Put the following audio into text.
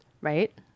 Right